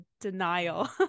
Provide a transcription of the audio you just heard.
denial